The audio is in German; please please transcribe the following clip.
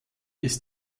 ist